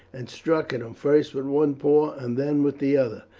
and struck at him first with one paw and then with the other.